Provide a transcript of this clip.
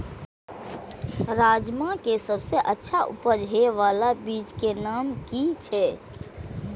राजमा के सबसे अच्छा उपज हे वाला बीज के नाम की छे?